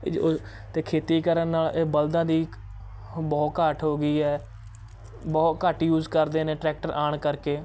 ਅਤੇ ਖੇਤੀ ਕਰਨ ਨਾਲ ਅ ਬਲਦਾਂ ਦੀ ਬਹੁਤ ਘਾਟ ਹੋ ਗਈ ਹੈ ਬਹੁਤ ਘੱਟ ਯੂਜ਼ ਕਰਦੇ ਨੇ ਟਰੈਕਟਰ ਆਉਣ ਕਰਕੇ